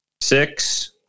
six